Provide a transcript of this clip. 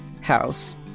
house